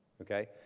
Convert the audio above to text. Okay